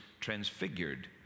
transfigured